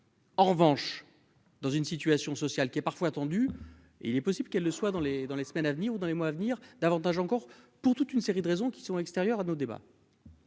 En revanche, dans une situation sociale qui est parfois tendu et il est possible qu'elle le soit dans les, dans les semaines à venir, ou dans les mois à venir davantage encore pour toute une série de raisons qui sont extérieurs à nos débats.